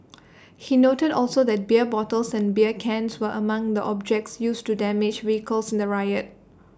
he noted also that beer bottles and beer cans were among the objects used to damage vehicles in the riot